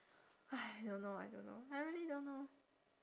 !hais! don't know I don't know I really don't know